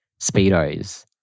Speedos